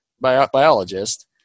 Biologist